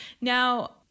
Now